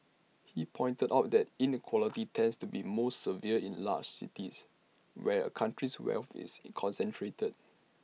he pointed out that inequality tends to be most severe in large cities where A country's wealth is concentrated